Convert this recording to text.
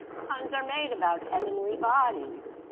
puns are made about heavenly bodies.